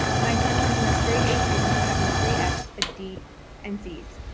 my son went from a straight a student to having three fs, a d and cs.